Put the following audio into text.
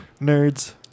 Nerds